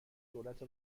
دولت